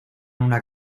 una